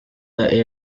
the